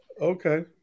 Okay